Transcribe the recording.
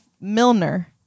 Milner